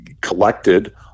collected